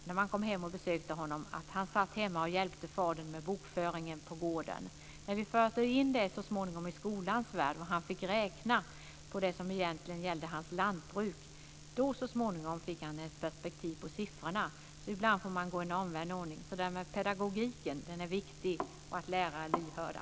När man kom hem och besökte honom upptäckte man att han satt hemma och hjälpte fadern med bokföringen på gården. När man så småningom förde in detta i skolans värld och han fick räkna på det som egentligen gällde hans lantbruk så fick han ett perspektiv på siffrorna. Så ibland får man alltså gå i en omvänd ordning. Pedagogiken är alltså viktig, och det är viktigt att lärare är lyhörda.